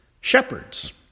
shepherds